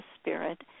spirit